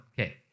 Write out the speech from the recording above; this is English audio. okay